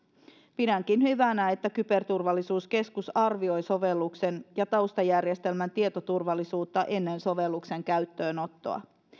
pidänkin hyvänä että kyberturvallisuuskeskus arvioi sovelluksen ja taustajärjestelmän tietoturvallisuutta ennen sovelluksen käyttöönottoa